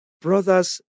Brothers